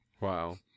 wow